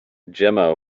jemma